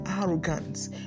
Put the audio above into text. arrogance